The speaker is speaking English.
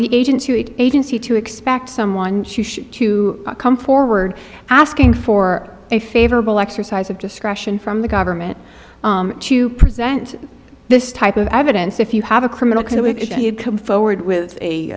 the agency to agency to expect someone to come forward asking for a favorable exercise of discretion from the government to present this type of evidence if you have a criminal to come forward with